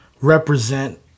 represent